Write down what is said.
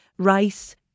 rice